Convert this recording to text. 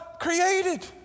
created